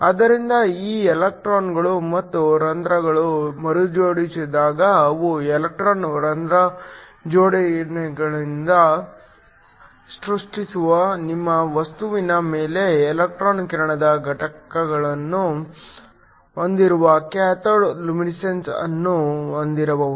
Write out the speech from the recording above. ಆದ್ದರಿಂದ ಈ ಎಲೆಕ್ಟ್ರಾನುಗಳು ಮತ್ತು ಹೋಲ್ ಗಳು ಮರುಜೋಡಿಸಿದಾಗ ಅವು ಎಲೆಕ್ಟ್ರಾನ್ ಹೋಲ್ ಜೋಡಿಗಳನ್ನು ಸೃಷ್ಟಿಸುವ ನಿಮ್ಮ ವಸ್ತುವಿನ ಮೇಲೆ ಎಲೆಕ್ಟ್ರಾನ್ ಕಿರಣದ ಘಟನೆಯನ್ನು ಹೊಂದಿರುವ ಕ್ಯಾಥೋಡ್ ಲುಮಿನಿಸೆನ್ಸ್ ಅನ್ನು ಹೊಂದಿರಬಹುದು